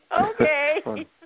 okay